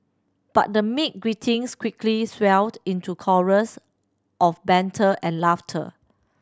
but the meek greetings quickly swelled into chorus of banter and laughter